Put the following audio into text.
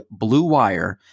BLUEWIRE